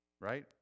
right